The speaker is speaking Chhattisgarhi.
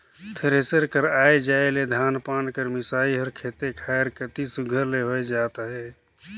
थेरेसर कर आए जाए ले धान पान कर मिसई हर खेते खाएर कती सुग्घर ले होए जात अहे